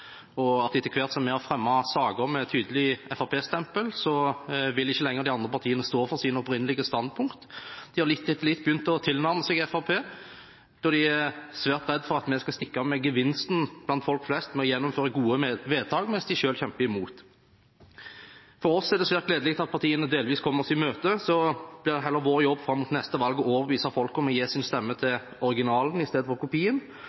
og at etter hvert som vi har fremmet saker med et tydelig fremskrittspartistempel, vil ikke lenger de andre partiene stå for sine opprinnelige standpunkt. De har litt etter litt begynt å tilnærme seg Fremskrittspartiet da de er svært redd for at vi skal stikke av med gevinsten blant folk flest ved å gjennomføre gode vedtak, mens de selv kjemper imot. For oss er det svært gledelig at partiene delvis kommer oss i møte, så det er heller vår jobb fram mot neste valg å overbevise folk om å gi sin stemme til originalen istedenfor til kopien